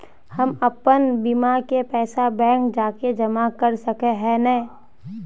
हम अपन बीमा के पैसा बैंक जाके जमा कर सके है नय?